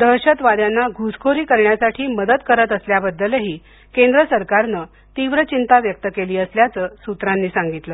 दहशतवाद्याना घुसखोरी करण्यासाठी मदत करत असल्याबद्दलही केंद्र सरकारन तीव्र चिंता व्यक्त केली असल्याचं सूत्रांनी सांगितलं